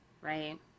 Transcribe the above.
Right